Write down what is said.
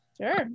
sure